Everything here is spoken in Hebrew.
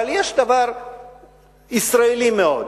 אבל יש דבר ישראלי מאוד,